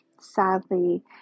sadly